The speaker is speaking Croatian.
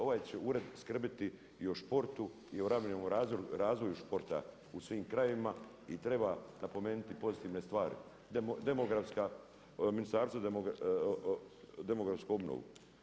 Ovaj će ured skrbiti i o športu i o ravnomjernom razvoju športa u svim krajevima i treba napomenuti pozitivne stvari, demografska, ministarstva, demografsku obnovu.